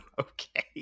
Okay